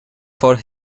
for